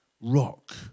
rock